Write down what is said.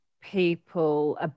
people